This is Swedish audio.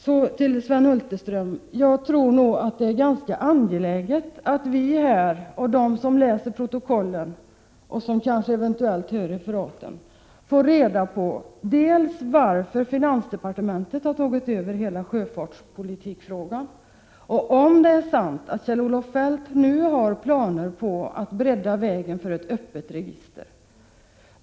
Så till Sven Hulterström: Jag tror att det är ganska angeläget att vi här, de som läser protokollen och de som eventuellt hör referaten får reda på varför finansdepartementet har tagit över hela frågan om sjöfartspolitiken, och om det är sant att Kjell-Olof Feldt nu har planer på att bredda vägen för ett öppet register.